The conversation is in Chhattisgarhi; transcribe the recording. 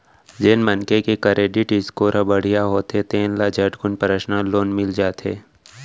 जेन मनखे के करेडिट स्कोर ह बड़िहा होथे तेन ल झटकुन परसनल लोन मिल जाथे